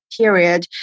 period